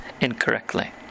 incorrectly